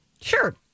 Sure